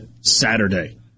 Saturday